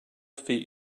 feet